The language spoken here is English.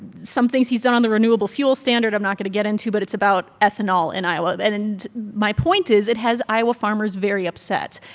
some things he's done on the renewable fuel standard i'm not going to get into. but it's about ethanol in iowa. and and my point is it has iowa farmers very upset.